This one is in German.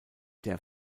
der